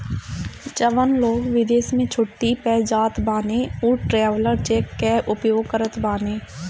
जवन लोग विदेश में छुट्टी पअ जात बाने उ ट्रैवलर चेक कअ उपयोग करत बाने